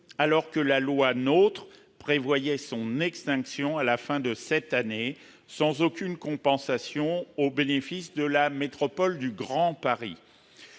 alors que la loi NOTRe prévoyait son extinction à la fin de cette année, sans aucune compensation, au bénéfice de la métropole du Grand Paris.